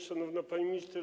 Szanowna Pani Minister!